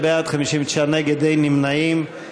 49 בעד, 59 נגד, אין נמנעים.